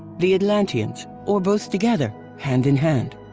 the atlanteans or both together, hand in hand!